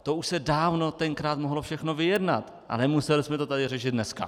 To už se dávno tenkrát mohlo všechno vyjednat a nemuseli jsme to tady řešit dneska.